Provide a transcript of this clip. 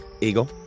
Eagle